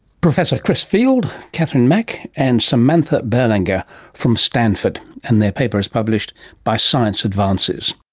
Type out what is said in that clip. professor chris field, katharine mach and samanthe ah belanger from stanford, and their paper is published by science advances